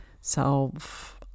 self